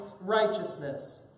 righteousness